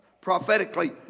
prophetically